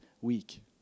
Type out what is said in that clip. week